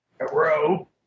Hello